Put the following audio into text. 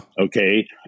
Okay